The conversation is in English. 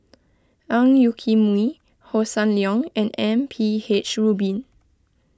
Ang Yoke Mooi Hossan Leong and M P H Rubin